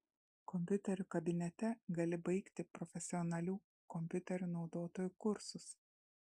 kompiuterių kabinete gali baigti profesionalių kompiuterių naudotojų kursus